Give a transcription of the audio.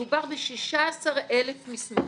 מדובר ב-16,000 מסמכים,